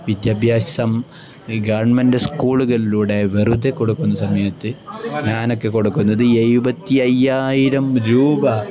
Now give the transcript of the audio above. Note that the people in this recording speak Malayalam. വിദ്യാഭ്യാസം ഗവൺമെൻ്റ് സ്കൂളുകളിലൂടെ വെറുതെ കൊടുക്കുന്ന സമയത്ത് ഞാനൊക്കെ കൊടുക്കുന്നത് എഴുപത്തി അയ്യായിരം രൂപ